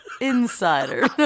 insider